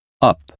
up